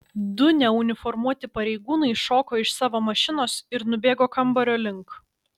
du neuniformuoti pareigūnai šoko iš savo mašinos ir nubėgo kambario link